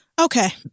okay